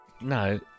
No